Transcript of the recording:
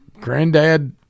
granddad